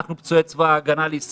אנחנו, פצועי צבא ההגנה לישראל,